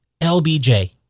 LBJ